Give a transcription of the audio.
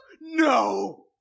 No